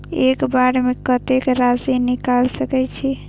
एक बार में कतेक राशि निकाल सकेछी?